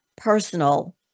Personal